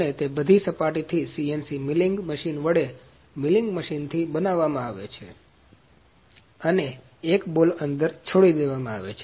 અને તે બધી સપાટીથી CNC મિલિંગ મશીન વડે મિલિંગ મશીન થી બનાવવામાં આવે છે અને એક બોલ અંદર છોડી દેવામાં આવે છે